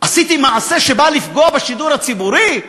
עשיתי מעשה שבא לפגוע בשידור הציבורי?